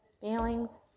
feelings